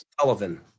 Sullivan